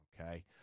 Okay